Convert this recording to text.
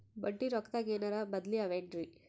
ಬಡ್ಡಿ ರೊಕ್ಕದಾಗೇನರ ಬದ್ಲೀ ಅವೇನ್ರಿ?